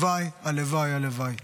הלוואי, הלוואי, הלוואי.